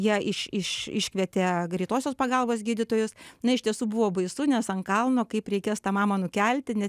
jie iš iš iškvietė greitosios pagalbos gydytojus na iš tiesų buvo baisu nes ant kalno kaip reikės tą mamą nukelti ne